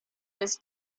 this